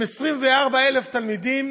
עם 24,000 תלמידים.